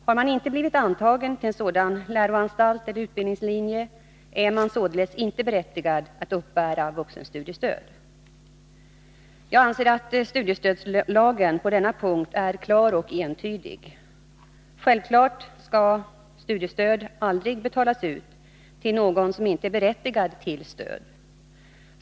Har man inte blivit antagen till en sådan läroanstalt eller utbildningslinje, är man således inte berättigad att uppbära vuxenstudiestöd. Jag anser att studiestödslagen på denna punkt är klar och entydig. Självfallet skall studiestöd aldrig betalas ut till någon som inte är berättigad till stöd.